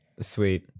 Sweet